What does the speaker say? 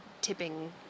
tipping